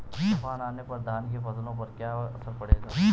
तूफान आने पर धान की फसलों पर क्या असर पड़ेगा?